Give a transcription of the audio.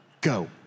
go